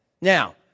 Now